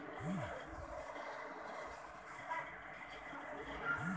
वरच्या वर कोणीही समजू शकतो की, एका देशासाठी विदेशी उत्पन्न होत